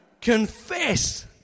confess